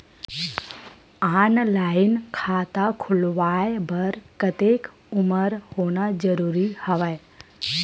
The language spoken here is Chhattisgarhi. ऑनलाइन खाता खुलवाय बर कतेक उमर होना जरूरी हवय?